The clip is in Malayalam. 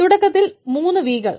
തുടക്കത്തിൽ ഉള്ള 3 v കൾ